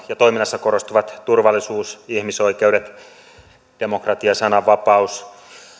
ja toiminnassa korostuvat turvallisuus ihmisoikeudet demokratia ja sananvapaus